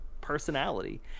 personality